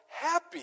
happy